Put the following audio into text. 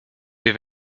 wir